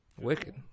wicked